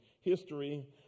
history